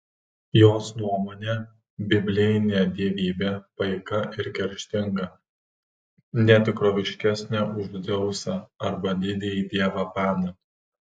jos nuomone biblinė dievybė paika ir kerštinga ne tikroviškesnė už dzeusą arba didįjį dievą paną